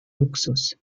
luxus